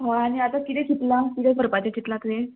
हय आनी आतां किदें चितलां किदें करपाचें चितलां तुवें